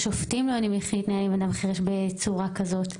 השופטים לא יודעים איך להתנהל עם אדם חירש בצורה כזאת,